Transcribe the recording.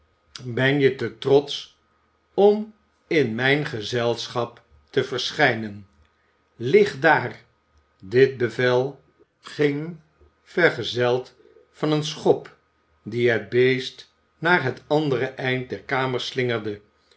ben je te trotsch om in mijn gezelschap te verschijnen lig daar dit bevel ging vergezeld van een schop die het beest naar het andere eind der kamer slingerde